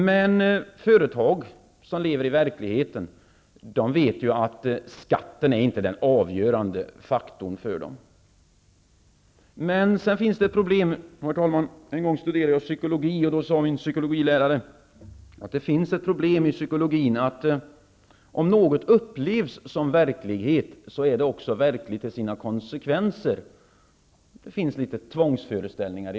Men företag som lever i verkligheten vet att skatten inte är den avgörande faktorn. Herr talman! En gång studerade jag psykologi. Min psykologilärare sade att det finns ett problem inom psykologin, nämligen att om något upplevs som verklighet är det också verkligt till sina konsekvenser. Ibland förekommer det tvångsföreställningar.